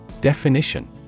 Definition